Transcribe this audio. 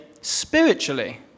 spiritually